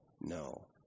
no